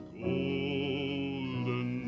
golden